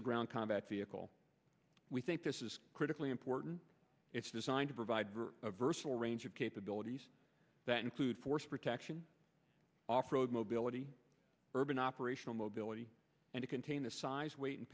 a ground combat vehicle we think this is critically important it's designed to provide for a versatile range of capabilities that include force protection off road mobility urban operational mobility and contain the size w